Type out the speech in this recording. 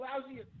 lousy